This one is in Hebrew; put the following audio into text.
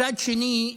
מצד שני,